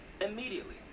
immediately